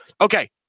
okay